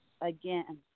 again